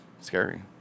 scary